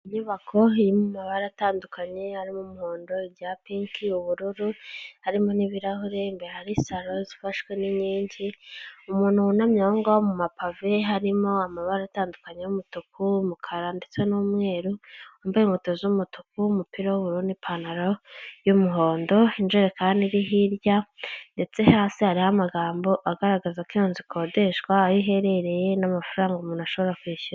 Iyi inyubako y'amabara atandukanye harimo umuhondo, mu rya pinki, ubururu harimo n'ibirahure na salo ifashwe n'inkingi, umuntu wunamye mu mapave yayo; harimo amabara atandukanye; y'umutuku, umukara ndetse n'umweru wambaye inkweto z'umutuk, umupira w'uburu n'ipantaro y'umuhondo injerekani iri hirya ndetse hasi hariho amagambo agaragaza ko iyo nzu ikodeshwa, aho iherereye n'amafaranga umuntu ashobora kwishyura.